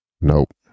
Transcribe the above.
Nope